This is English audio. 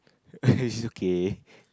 it's okay